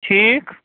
ٹھیٖک